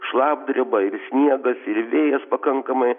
šlapdriba ir sniegas ir vėjas pakankamai